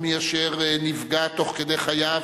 ומי אשר נפגע תוך כדי חייו,